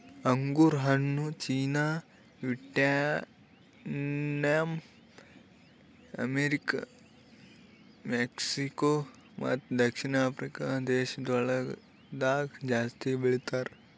ಅಂಗುರ್ ಹಣ್ಣು China, Vietnam, America, Mexico ಮತ್ತ ದಕ್ಷಿಣ ಆಫ್ರಿಕಾ ದೇಶಗೊಳ್ದಾಗ್ ಜಾಸ್ತಿ ಬೆಳಿತಾರ್